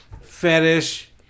fetish